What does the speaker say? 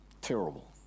Terrible